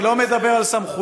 אני לא מדבר על סמכויות,